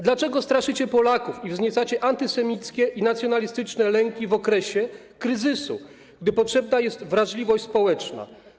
Dlaczego straszycie Polaków i wzniecacie antysemickie i nacjonalistyczne lęki w okresie kryzysu, gdy potrzebna jest wrażliwość społeczna?